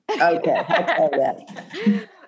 Okay